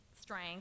strength